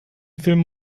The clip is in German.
filmen